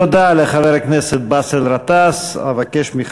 תודה לחבר הכנסת באסל גטאס.